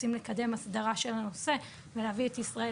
רוצים לקדם הסדרה של הנושא ולהביא את ישראל